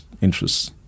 interests